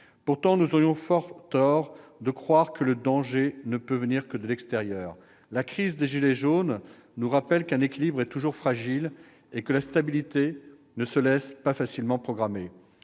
Pourtant, nous aurions vraiment tort de croire que le danger ne peut venir que de l'extérieur. La crise des « gilets jaunes » nous rappelle qu'un équilibre est toujours fragile et que la stabilité ne se laisse pas facilement programmer.